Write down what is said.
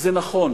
שזה נכון